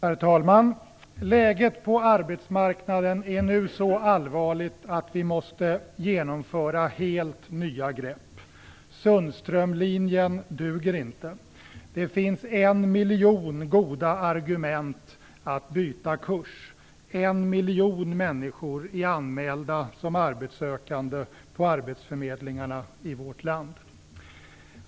Herr talman! Läget på arbetsmarknaden är nu så allvarligt att vi måste genomföra helt nya grepp. Sundströmlinjen duger inte. Det finns en miljon goda argument för att byta kurs. En miljon människor är anmälda som arbetssökande på arbetsförmedlingarna i vårt land.